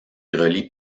relie